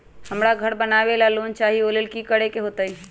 हमरा घर बनाबे ला लोन चाहि ओ लेल की की करे के होतई?